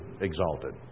exalted